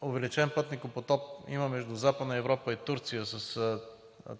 увеличен пътникопоток има между Западна Европа и Турция с